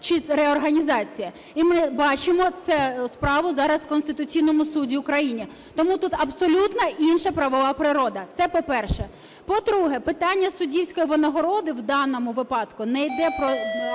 чи реорганізація. І ми бачимо цю справу зараз в Конституційному Суді України. Тому тут абсолютно інша правова природа, це по-перше. По-друге, питання суддівської винагороди в даному випадку не йде,